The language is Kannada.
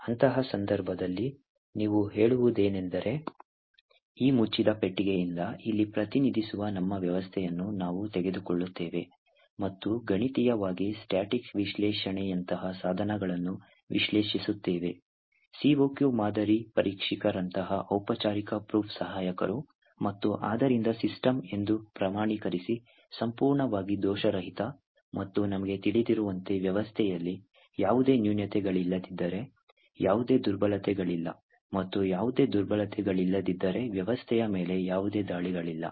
ಅಂತಹ ಸಂದರ್ಭದಲ್ಲಿ ನೀವು ಹೇಳುವುದೇನೆಂದರೆ ಈ ಮುಚ್ಚಿದ ಪೆಟ್ಟಿಗೆಯಿಂದ ಇಲ್ಲಿ ಪ್ರತಿನಿಧಿಸುವ ನಮ್ಮ ವ್ಯವಸ್ಥೆಯನ್ನು ನಾವು ತೆಗೆದುಕೊಳ್ಳುತ್ತೇವೆ ಮತ್ತು ಗಣಿತೀಯವಾಗಿ ಸ್ಟಾಟಿಕ್ ವಿಶ್ಲೇಷಣೆಯಂತಹ ಸಾಧನಗಳನ್ನು ವಿಶ್ಲೇಷಿಸುತ್ತೇವೆ COQ ಮಾದರಿ ಪರೀಕ್ಷಕರಂತಹ ಔಪಚಾರಿಕ ಪ್ರೂಫ್ ಸಹಾಯಕರು ಮತ್ತು ಆದ್ದರಿಂದ ಸಿಸ್ಟಮ್ ಎಂದು ಪ್ರಮಾಣೀಕರಿಸಿ ಸಂಪೂರ್ಣವಾಗಿ ದೋಷರಹಿತ ಮತ್ತು ನಮಗೆ ತಿಳಿದಿರುವಂತೆ ವ್ಯವಸ್ಥೆಯಲ್ಲಿ ಯಾವುದೇ ನ್ಯೂನತೆಗಳಿಲ್ಲದಿದ್ದರೆ ಯಾವುದೇ ದುರ್ಬಲತೆಗಳಿಲ್ಲ ಮತ್ತು ಯಾವುದೇ ದುರ್ಬಲತೆಗಳಿಲ್ಲದಿದ್ದರೆ ವ್ಯವಸ್ಥೆಯ ಮೇಲೆ ಯಾವುದೇ ದಾಳಿಗಳಿಲ್ಲ